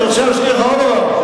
אני רוצה להזכיר לך עוד דבר,